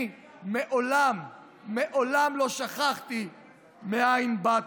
אני מעולם מעולם לא שכחתי מאין באתי.